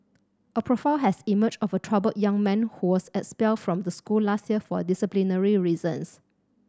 a profile has emerged of a troubled young man who was expelled from the school last year for disciplinary reasons